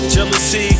Jealousy